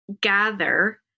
gather